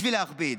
בשביל להכביד.